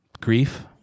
grief